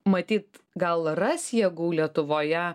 matyt gal ras jėgų lietuvoje